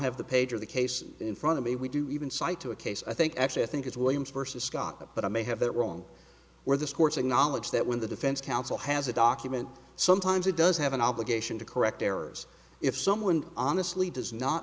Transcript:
have the page or the case in front of me we do even cite to a case i think actually i think it's williams versus scott but i may have it wrong where this court's acknowledge that when the defense counsel has a document sometimes it does have an obligation to correct errors if someone honestly does not